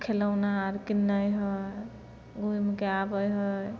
खेलौना आर किनै है कीनिके आबै है